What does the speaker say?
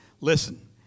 Listen